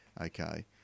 Okay